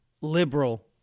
liberal